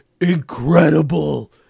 incredible